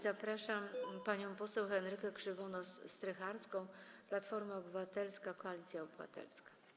Zapraszam panią poseł Henrykę Krzywonos-Strycharską, Platforma Obywatelska - Koalicja Obywatelska.